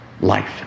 life